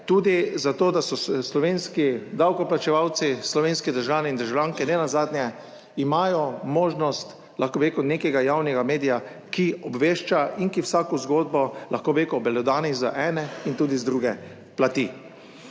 tudi za to, da so slovenski davkoplačevalci, slovenski državljani in državljanke, nenazadnje imajo možnost, lahko bi rekel, nekega javnega medija, ki obvešča in ki vsako zgodbo lahko bi rekel, obelodani z ene in tudi z druge plati.